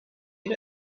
you